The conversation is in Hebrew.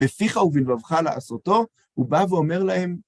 בפיך ובלבבך לעשותו, הוא בא ואומר להם...